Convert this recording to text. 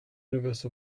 universe